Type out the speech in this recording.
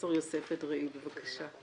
פרופסור יוסף אדרעי, בבקשה.